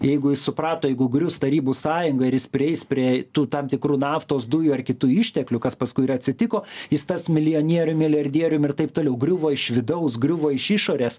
jeigu jis suprato jeigu grius tarybų sąjunga ir jis prieis prie tų tam tikrų naftos dujų ar kitų išteklių kas paskui ir atsitiko jis tas milijonierium milijardierium ir taip toliau griuvo iš vidaus griuvo iš išorės